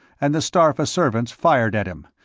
and the starpha servants fired at him,